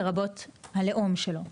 לרבות הלאום שלו.